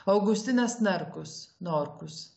augustinas narkus norkus